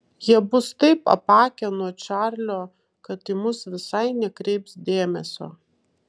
jie bus taip apakę nuo čarlio kad į mus visai nekreips dėmesio